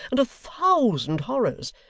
and a thousand horrors!